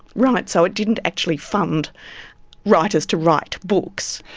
right, so it didn't actually fund writers to write books?